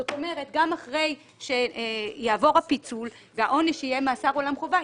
זאת אומרת שגם אחרי שיעבור הפיצול והעונש יהיה מאסר עולם חובה,